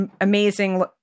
amazing